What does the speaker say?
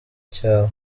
cyawe